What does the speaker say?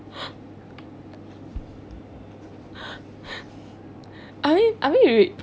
I already I already